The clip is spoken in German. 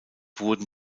wurden